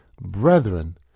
Brethren